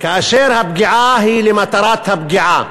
כאשר הפגיעה היא למטרת הפגיעה.